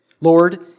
Lord